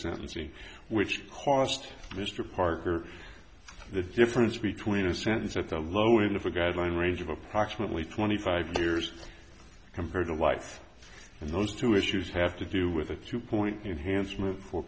sentencing which cost mr parker the difference between a sentence at the low end of a guideline range of approximately twenty five years compared to life in those two issues have to do with a two point enhance